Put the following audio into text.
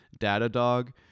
Datadog